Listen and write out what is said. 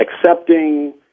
accepting